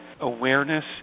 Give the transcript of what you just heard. awareness